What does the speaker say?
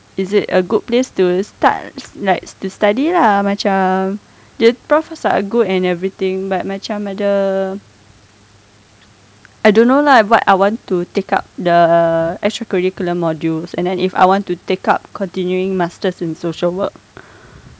is it a good place to start like to study lah macam their profs are good and everything but macam ada I don't know lah what I want to take up the extra curricular modules and then if I want to take up continuing masters in social work